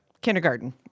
kindergarten